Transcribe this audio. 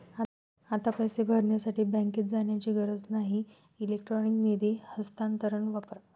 आता पैसे भरण्यासाठी बँकेत जाण्याची गरज नाही इलेक्ट्रॉनिक निधी हस्तांतरण वापरा